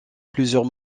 plusieurs